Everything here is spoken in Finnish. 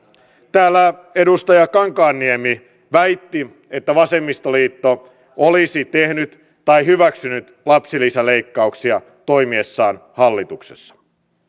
täällä edustaja kankaanniemi väitti että vasemmistoliitto olisi tehnyt tai hyväksynyt lapsilisäleikkauksia toimiessaan hallituksessa